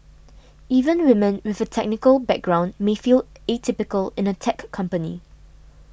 even women with a technical background may feel atypical in a tech company